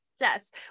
Yes